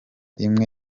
imwe